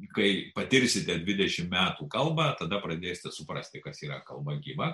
kai patirsite dvidešimt metų kalbą tada pradėsite suprasti kas yra kalba gyva